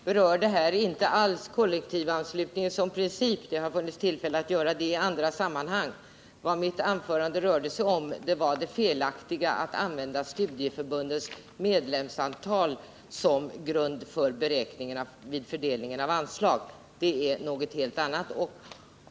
Herr talman! Jag berörde inte alls kollektivanslutningen som princip. Det har funnits tillfälle att göra det i andra sammanhang. Mitt anförande har handlat om det felaktiga i att använda studieförbundens medlemsantal som grund vid fördelningen av anslag. Det är något helt annat.